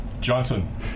Johnson